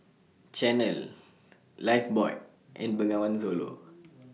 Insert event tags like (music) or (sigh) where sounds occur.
Chanel Lifebuoy and Bengawan Solo (noise)